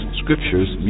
scriptures